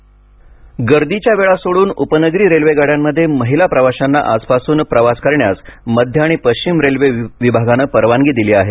railway महिला प्रवेश गर्दीच्या वेळा सोडून उपनगरीय रेल्वे गाड्यांमध्ये महिला प्रवाश्यांना आजपासून प्रवास करण्यास मध्य आणि पश्चिम रेल्वे विभागानं परवानगी दिली आहे